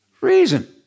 reason